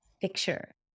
picture